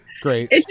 great